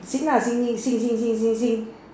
sing lah sing sing sing sing sing sing sing